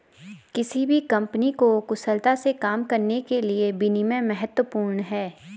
किसी भी कंपनी को कुशलता से काम करने के लिए विनियम महत्वपूर्ण हैं